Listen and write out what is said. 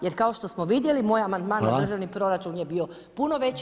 Jer kao što smo vidjeli, moj amandman na državni proračun je bio puno veći.